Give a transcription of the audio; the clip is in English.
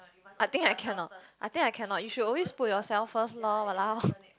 I think I cannot I think I cannot you should always put yourself first lor walao